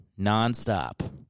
nonstop